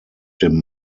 dem